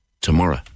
tomorrow